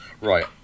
Right